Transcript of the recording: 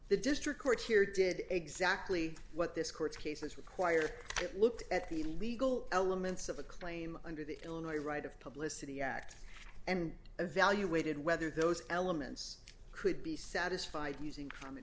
the district court here did exactly what this court's cases require it looked at the legal elements of a claim under the illinois right of publicity act and evaluated whether those elements could be satisfied using common